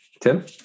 Tim